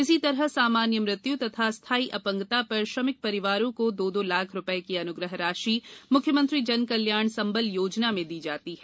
इसी तरह सामान्य मृत्यु तथा स्थायी अपंगता पर श्रमिक परिवारों को दो दो लाख रूपये की अनुग्रह राशि मुख्यमंत्री जन कल्याण संबल योजना में दी जाती है